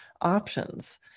options